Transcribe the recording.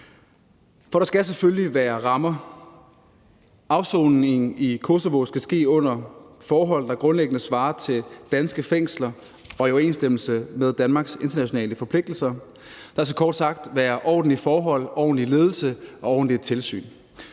for der skal selvfølgelig være rammer for den. Afsoningen i Kosovo skal ske under forhold, der grundlæggende svarer til danske fængsler og i overensstemmelse med Danmarks internationale forpligtelser. Der skal kort sagt være ordentlige forhold, ordentlig ledelse og et ordentligt tilsyn.